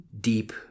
deep